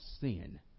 sin